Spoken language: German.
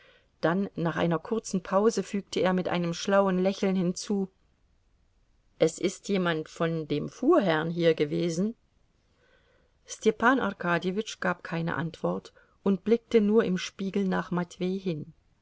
dann nach einer kurzen pause fügte er mit einem schlauen lächeln hinzu es ist jemand von dem fuhrherrn hier gewesen stepan arkadjewitsch gab keine antwort und blickte nur im spiegel nach matwei hin